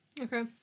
okay